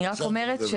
אני רק אומרת,